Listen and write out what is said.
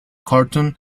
carlton